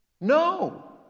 No